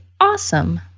awesome